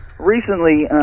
Recently